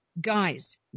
Guys